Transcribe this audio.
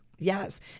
yes